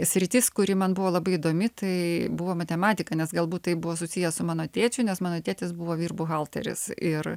sritis kuri man buvo labai įdomi tai buvo matematika nes galbūt tai buvo susiję su mano tėčiu nes mano tėtis buvo vyrbuhalteris ir